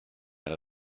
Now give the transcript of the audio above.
elle